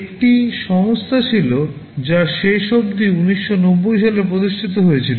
একটি সংস্থা ছিল যা শেষ অবধি 1990 সালে প্রতিষ্ঠিত হয়েছিল